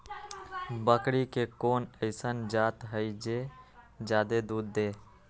बकरी के कोन अइसन जात हई जे जादे दूध दे?